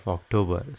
October